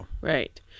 Right